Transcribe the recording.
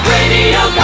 Radio